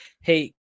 Hey